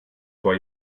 vor